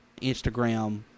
Instagram